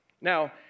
Now